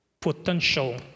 potential